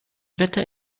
wetter